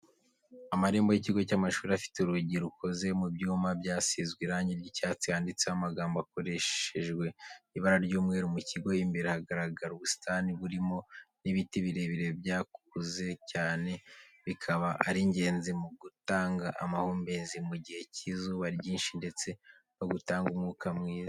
Amarembo y'ikigo cy'amashuri afite urugi rukoze mu byuma byasizwe irangi ry'icyatsi, handitseho amagambo akoreshejwe ibara ry'umweru, mu kigo imbere hagaragara ubusitani burimo n'ibiti birebire byakuze cyane bikaba ari ingenzi mu gutanga amahumbezi mu gihe cy'izuba ryinshi, ndetse no gutanga umwuka mwiza.